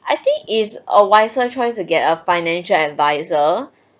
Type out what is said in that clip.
I think is a wiser choice to get a financial adviser